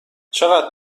چقدر